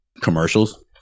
Commercials